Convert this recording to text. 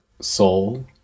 soul